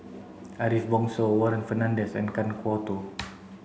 Ariff Bongso Warren Fernandez and Kan Kwok Toh